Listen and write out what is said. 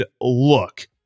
look